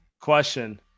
question